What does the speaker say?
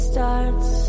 starts